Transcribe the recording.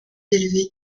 élevé